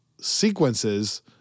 sequences